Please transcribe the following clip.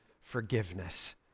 forgiveness